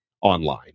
online